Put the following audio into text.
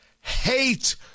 hate